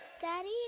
Daddy